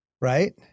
right